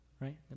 right